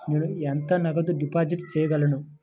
నేను ఎంత నగదు డిపాజిట్ చేయగలను?